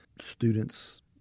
students